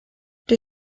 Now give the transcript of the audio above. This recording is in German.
die